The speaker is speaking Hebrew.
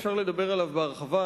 אפשר לדבר עליו בהרחבה,